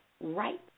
right